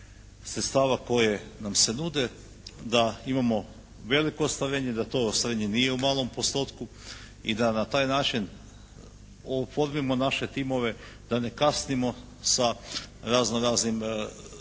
sredstava koje nam se nude da imamo veliko ostvarenje, da to ostvarenje nije u malom postotku i da na taj način oformimo naše timove da ne kasnimo sa razno raznim dijelovima,